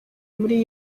muri